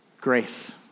Grace